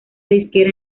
disquera